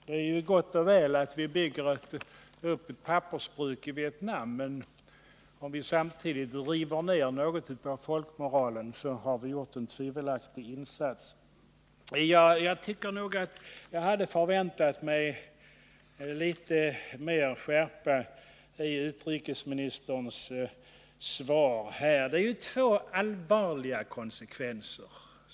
Det är gott och väl att vi bygger upp ett pappersbruk i Vietnam, men om vi samtidigt river ned något av folkmoralen har vi gjort en tvivelaktig insats. Jag hade nog förväntat mig litet mer skärpa i utrikesministerns svar. Sådana här förhållanden för med sig två allvarliga konsekvenser.